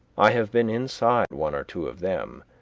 i have been inside one or two of them,